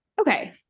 Okay